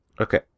Okay